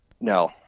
No